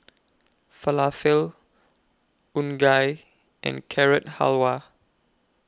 Falafel Unagi and Carrot Halwa